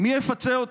מי יפצה אותי?